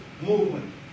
movement